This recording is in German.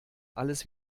alles